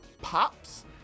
pops